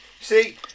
see